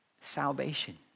salvation